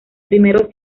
primeros